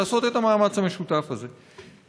לעשות את המאמץ המשותף הזה.